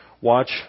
Watch